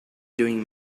doing